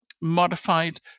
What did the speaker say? modified